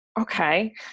okay